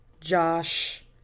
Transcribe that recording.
Josh